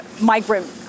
migrant